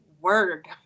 word